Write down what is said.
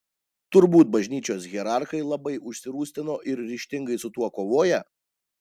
turbūt bažnyčios hierarchai labai užsirūstino ir ryžtingai su tuo kovoja